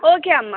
okay అమ్మ